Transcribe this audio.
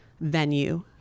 venue